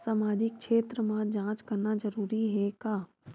सामाजिक क्षेत्र म जांच करना जरूरी हे का?